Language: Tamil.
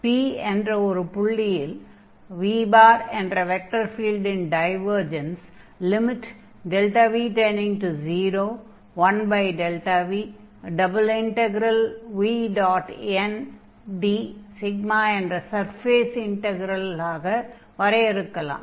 P என்ற ஒரு புள்ளியில் v என்ற வெக்டர் ஃபீல்டின் டைவர்ஜன்ஸை 1δV∬vndσ என்ற சர்ஃபேஸ் இன்டக்ரெல்லாக வரையறுக்கலாம்